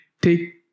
take